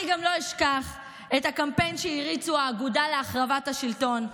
אני גם לא אשכח את הקמפיין שהריצו האגודה להחרבת השלטון,